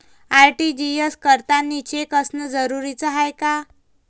RTGS करतांनी cheque असनं जरुरीच हाय का?